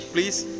Please